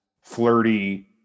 flirty